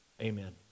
amen